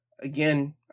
again